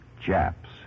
japs